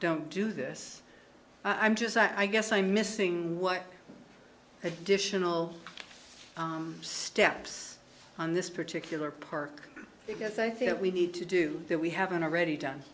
don't do this i'm just i guess i'm missing what additional steps on this particular park because i think we need to do that we haven't already done